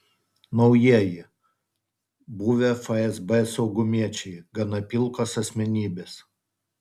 naujieji buvę fsb saugumiečiai gana pilkos asmenybės